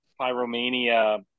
Pyromania